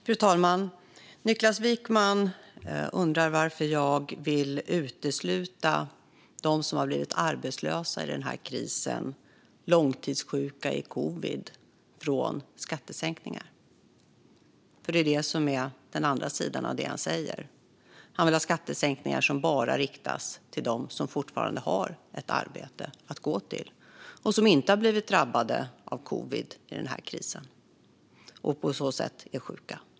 Fru talman! Niklas Wykman undrar varför jag vill utesluta dem som har blivit arbetslösa i krisen eller långtidssjuka i covid från skattesänkningar. För det är den andra sidan av det som han säger. Han vill ha skattesänkningar som bara riktas till dem som fortfarande har ett arbete att gå till och som inte har blivit drabbade av covid och blivit sjuka under krisen.